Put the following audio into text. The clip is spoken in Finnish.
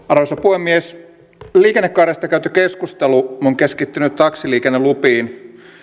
arvoisa puhemies liikennekaaresta käyty keskustelu on keskittynyt taksiliikennelupiin